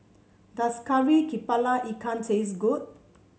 does Kari kepala Ikan taste good